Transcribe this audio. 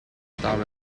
style